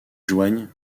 joignent